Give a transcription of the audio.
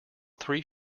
three